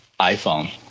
iphone